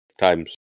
Times